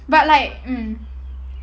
but like mm